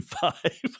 five